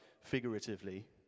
figuratively